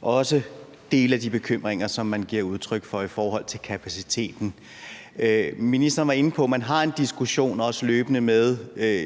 også dele af de bekymringer, som man giver udtryk for i forhold til kapaciteten. Ministeren var inde på, at man har en diskussion løbende med